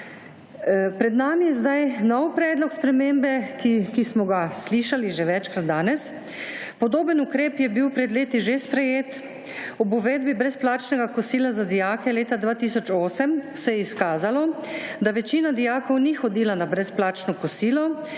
Pred nami je sedaj nov predlog spremembe, ki smo ga slišali že večkrat danes. Podoben ukrep je bil pred leti že sprejet. Ob uvedbi brezplačnega kosila za dijake leta 2008 se je izkazalo, da večina dijakov ni hodila na brezplačno kosilo